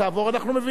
יש כביש עוקף,